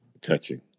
touching